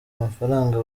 amafaranga